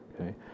okay